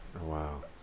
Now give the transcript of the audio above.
Wow